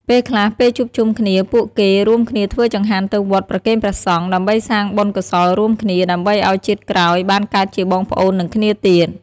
ពេលខ្លះ ពេលជួបជុំគ្នា ពួកគេរួមគ្នាធ្វើចង្ហាន់ទៅវត្តប្រគេនព្រះសង្ឃ ដើម្បីសាងបុណ្យកុសលរួមគ្នា ដើម្បីឱ្យជាតិក្រោយបានកើតជាបងប្អូននឹងគ្នាទៀត។